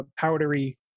powdery